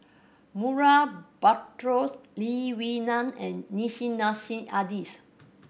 Murray Buttrose Lee Wee Nam and Nissim Nassim Adis